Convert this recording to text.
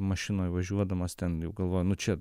mašinoj važiuodamas ten jau galvoju nu čia